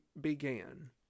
began